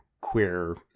queer